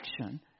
action